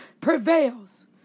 prevails